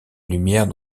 lumière